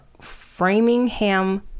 Framingham